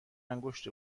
انگشت